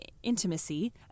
Intimacy